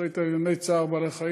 שאחראית על ענייני צער בעלי-חיים,